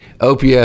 OPS